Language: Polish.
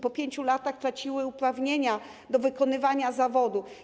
Po 5 latach traciły uprawnienia do wykonywania zawodu.